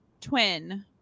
twin